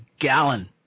gallon